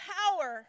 power